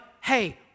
hey